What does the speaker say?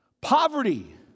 poverty